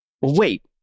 Wait